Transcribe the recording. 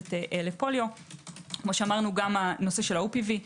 המייעצת לפוליו גם הנושא של ה-OPV,